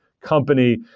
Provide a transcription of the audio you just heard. company